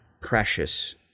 precious